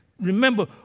Remember